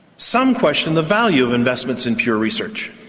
some question the value of investments in pure research.